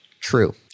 True